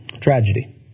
Tragedy